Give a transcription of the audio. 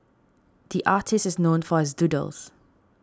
the artist is known for his doodles